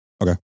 Okay